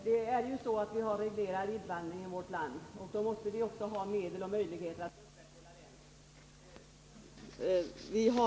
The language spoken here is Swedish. Herr talman! Vi har ju reglerad invandring i vårt land, och då måste vi också ha medel och möjligheter att upprätthålla den.